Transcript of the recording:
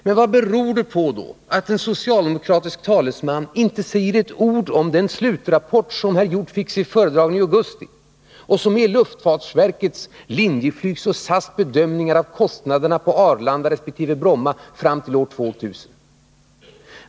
Men vad beror det på att en socialdemokratisk talesman inte säger ett ord om den slutrapport som herr Hjorth fick sig föredragen i augusti och som innehåller luftfartsverkets, Linjeflygs och SAS bedömningar av kostnaderna på Arlanda resp. Bromma fram till år 2000?